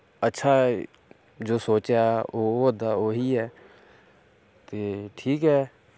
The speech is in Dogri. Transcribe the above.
अच्छा जो सोचेआ ओह् होआ दा ओह् है ते ठीक ऐ